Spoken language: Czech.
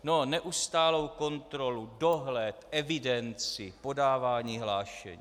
No neustálou kontrolu, dohled, evidenci, podávání hlášení.